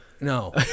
No